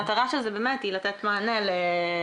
המטרה של זה באמת היא לתת מענה להורים